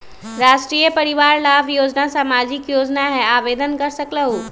राष्ट्रीय परिवार लाभ योजना सामाजिक योजना है आवेदन कर सकलहु?